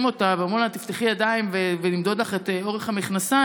אותה ואומרים לה: תפתחי ידיים ונמדוד לך את אורך המכנסיים.